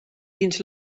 dins